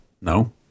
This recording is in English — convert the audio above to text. no